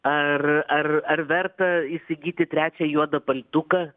ar ar ar verta įsigyti trečią juodą paltuką